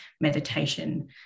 meditation